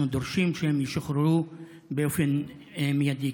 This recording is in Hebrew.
אנחנו דורשים שהם ישוחררו באופן מיידי.